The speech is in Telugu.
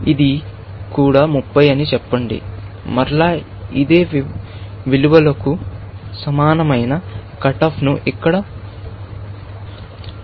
ఇది కూడా 30 అని చెప్పండి మరలా ఇదే విలువలకు సమానమైన కట్ ఆఫ్ను ఇక్కడ ప్రవేశపెడతాము